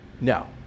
No